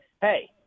hey